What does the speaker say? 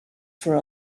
for